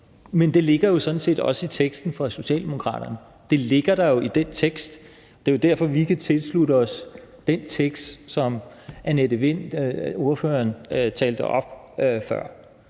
Men det ligger jo sådan set også i teksten fra Socialdemokraterne, det ligger der i den tekst, og det er derfor, vi kan tilslutte os den tekst, som ordfører Annette Lind læste op før.